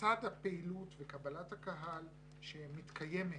לצד הפעילות וקבלת הקהל שמתקיימת